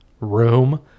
room